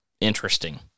interesting